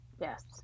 Yes